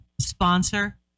sponsor